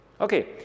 Okay